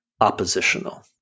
oppositional